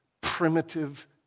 primitive